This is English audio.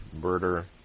murder